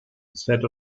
instead